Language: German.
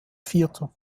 vierter